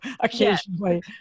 occasionally